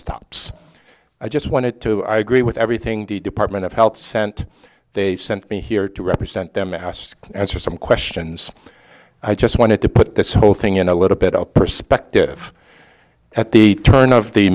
stops i just wanted to i agree with everything the department of health sent they sent me here to represent them ask some questions i just wanted to put this whole thing in a little bit of perspective at the turn of the